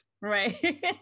right